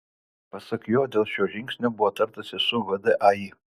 pasak jo dėl šio žingsnio buvo tartasi ir su vdai